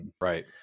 right